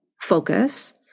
focus